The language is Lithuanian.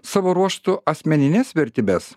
savo ruožtu asmenines vertybes